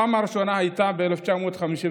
הפעם הראשונה הייתה ב-1951,